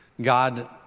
God